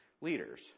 leaders